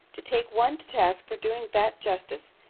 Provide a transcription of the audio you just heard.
to take one to task for doing that justice,